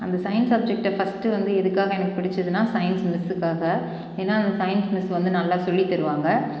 அந்த சயின்ஸ் சப்ஜெக்ட்டை ஃபஸ்ட்டு வந்து எதுக்காக எனக்கு பிடிச்சுதுன்னா சயின்ஸ் மிஸ்ஸுக்காக ஏன்னால் அந்த சயின்ஸ் மிஸ் வந்து நல்லா சொல்லித்தருவாங்க